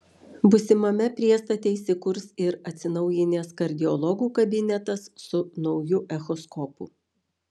būsimame priestate įsikurs ir atsinaujinęs kardiologų kabinetas su nauju echoskopu